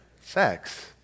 sex